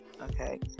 okay